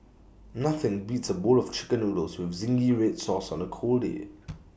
nothing beats A bowl of Chicken Noodles with Zingy Red Sauce on A cold day